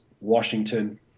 Washington